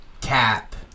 cap